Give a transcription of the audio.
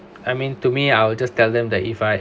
I mean to me I'll just tell them that if I